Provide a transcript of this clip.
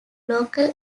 local